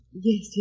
Yes